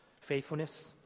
faithfulness